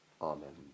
Amen